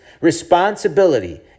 responsibility